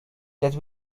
that